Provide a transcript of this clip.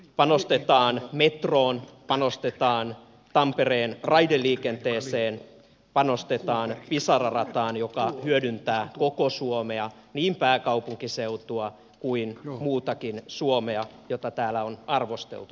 panostetaan metroon panostetaan tampereen raideliikenteeseen panostetaan pisara rataan joka hyödyttää koko suomea niin pääkaupunkiseutua kuin muutakin suomea ja jota täällä on arvosteltu